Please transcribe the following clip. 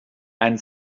and